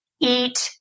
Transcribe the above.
eat